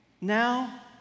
Now